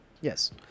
yes